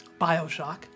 Bioshock